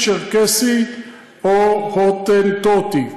צ'רקסי או הוטנטוטי,